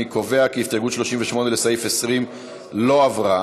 אני קובע כי הסתייגות 38, לסעיף 20, לא התקבלה.